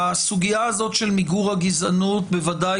הסוגיה הזאת של מיגור הגזענות בוודאי